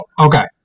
okay